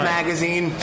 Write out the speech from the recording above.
Magazine